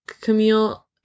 Camille